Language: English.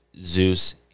Zeus